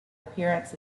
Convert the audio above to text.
appearance